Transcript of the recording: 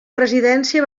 presidència